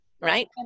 right